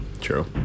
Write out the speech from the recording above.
True